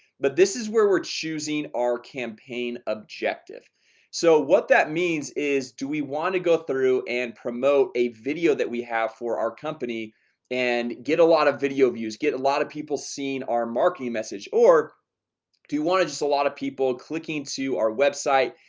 but this is where we're choosing our campaign objective so what that means is do we want to go through and promote a video that we have for our company and get a lot of video views get a lot of people seen our marketing message or do you want to just a lot of people clicking to our website?